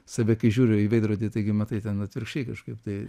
save kai žiūriu į veidrodį taigi matai ten atvirkščiai kažkaip tai